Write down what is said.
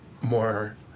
more